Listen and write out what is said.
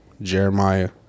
Jeremiah